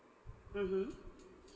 mmhmm